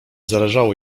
zależało